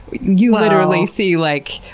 you literally see, like,